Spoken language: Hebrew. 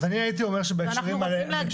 אז אני הייתי אומר שבהקשרים האלו,